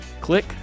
click